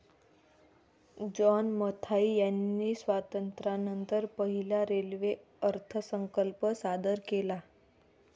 John Mathai यांनी स्वातंत्र्यानंतर पहिला रेल्वे अर्थसंकल्प सादर केला